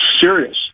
serious